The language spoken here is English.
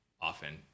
often